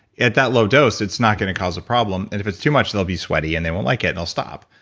at that low dose it's not gonna cause a problem, and if it's too much they'll be sweaty and they won't like it and they'll stop.